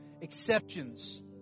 exceptions